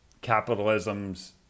capitalism's